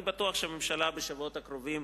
אני בטוח שהממשלה בשבועות הקרובים